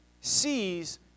sees